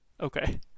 Okay